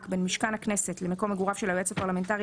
בין משכן הכנסת למקום מגוריו של היועץ הפרלמנטרי,